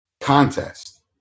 Contest